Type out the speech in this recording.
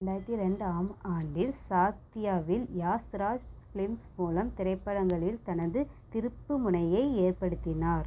ரெண்டாயிரத்தி ரெண்டு ஆம் ஆண்டில் சாத்தியாவில் யாஷ்த்ராஜ் ஃபிலிம்ஸ் மூலம் திரைப்படங்களில் தனது திருப்புமுனையை ஏற்படுத்தினார்